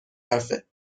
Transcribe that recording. حرفه